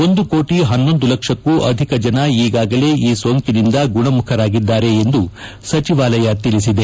ಒಂದು ಕೋಟ ಹನ್ನೊಂದು ಲಕ್ಷಕ್ಕೂ ಅಧಿಕ ಜನರು ಈಗಾಗಲೇ ಈ ಸೋಂಕಿನಿಂದ ಗುಣಮುಖರಾಗಿದ್ದಾರೆ ಎಂದು ಸಚಿವಾಲಯ ತಿಳಿಸಿದೆ